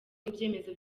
ibyemezo